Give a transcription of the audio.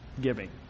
giving